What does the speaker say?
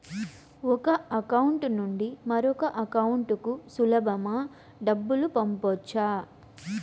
ఒక అకౌంట్ నుండి మరొక అకౌంట్ కు సులభమా డబ్బులు పంపొచ్చా